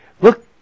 look